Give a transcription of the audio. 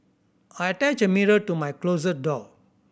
I attached a mirror to my closet door